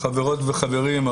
חברות וחברים,